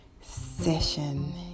session